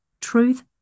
Truth